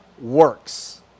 works